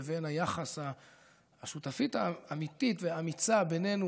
לבין היחס לשותפות האמיתית והאמיצה בינינו